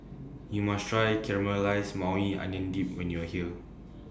YOU must Try Caramelized Maui Onion Dip when YOU Are here